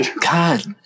God